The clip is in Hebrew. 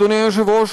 אדוני היושב-ראש,